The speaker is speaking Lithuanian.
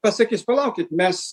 pasakys palaukit mes